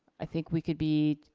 i think we could be,